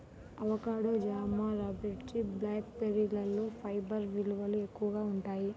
avocado, జామ, raspberry, black బెర్రీలలో fibre విలువలు ఎక్కువగా ఉంటాయి